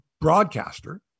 broadcaster